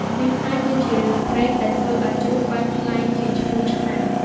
នេះហើយគឺជារឿងព្រេងដែលធ្វើឱ្យជ្រូកបានក្លាយជាឈ្មោះឆ្នាំ។